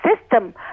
system